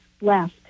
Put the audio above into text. left